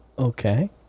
Okay